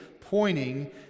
pointing